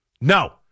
No